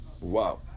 Wow